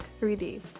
3D